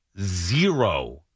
zero